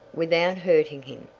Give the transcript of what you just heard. without hurting him,